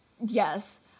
Yes